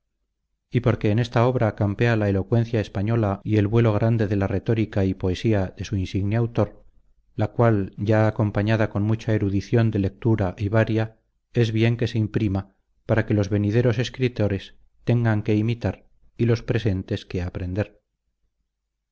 y porque en esta obra campea la elocuencia española y el vuelo grande de la retórica y poesía de su insigne autor la cual ya acompañada con mucha erudición de lectura y varia es bien que se imprima para que los venideros escritores tengan que imitar y los presentes que aprender